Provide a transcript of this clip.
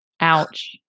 Ouch